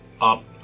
up